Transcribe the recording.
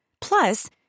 Plus